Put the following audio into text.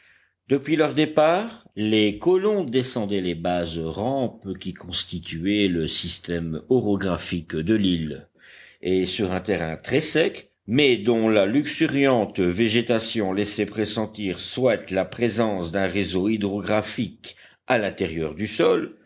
depuis leur départ les colons descendaient les basses rampes qui constituaient le système orographique de l'île et sur un terrain très sec mais dont la luxuriante végétation laissait pressentir soit la présence d'un réseau hydrographique à l'intérieur du sol